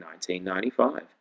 1995